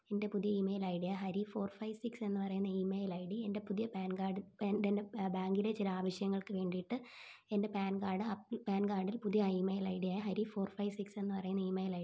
എന്റെ പുതിയ email I ഡിയായ ഹരി ഫോർ ഫൈവ് സിക്സ് എന്ന് പറയുന്ന ഈമെയിൽ ഐ ഡി എൻ്റെ പുതിയ പാൻ കാഡ് പാൻ എൻ്റെ ബാങ്കിലെ ചില ആവശ്യങ്ങൾക്ക് വേണ്ടിയിട്ട് എൻ്റെ പാൻ കാഡ് പാൻ കാഡിൽ പുതിയ ഈമെയിൽ ഐ ഡിയായ ഹരി ഫോർ ഫൈവ് സിക്സ് എന്ന് പറയുന്ന ഇമെയിൽ ഐ ഡി